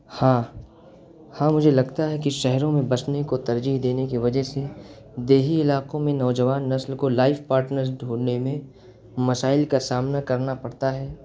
ہاں ہاں مجھے لگتا ہے کہ شہروں میں بسنے کو ترجیح دینے کی وجہ سے دیہی علاقوں میں نوجوان نسل کو لائف پاٹنر ڈھونڈنے میں مسائل کا سامنا کرنا پڑتا ہے